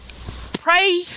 pray